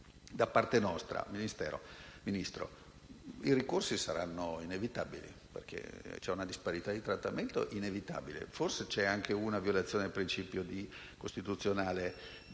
Da parte nostra, signor Ministro, reputiamo che i ricorsi saranno inevitabili, perché c'è una disparità di trattamento inevitabile e forse c'è anche una violazione del principio costituzionale